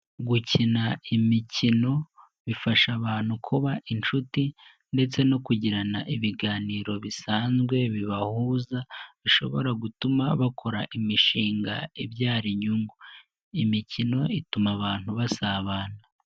Gukina imikino bifasha abantu kuba inshuti ndetse no kugirana ibiganiro bisanzwe bibahuza bishobora gutuma bakora imishinga ibyara inyungu, imikino ituma abantu basabana.